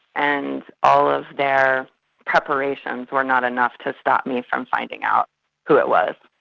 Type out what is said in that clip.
and all of their preparations were not enough to stop me from finding out who it was.